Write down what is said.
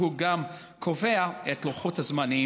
שהוא גם הקובע את לוחות הזמנים,